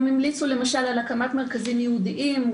הם המליצו למשל על הקמת מרכזים ייעודיים,